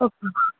okay